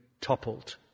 toppled